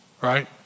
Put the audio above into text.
right